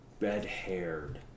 Red-haired